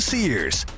Sears